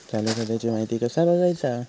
चालू खात्याची माहिती कसा बगायचा?